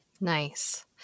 Nice